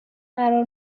قرار